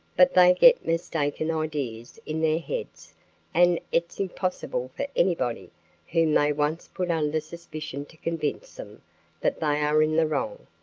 but they get mistaken ideas in their heads and it's impossible for anybody whom they once put under suspicion to convince them that they are in the wrong.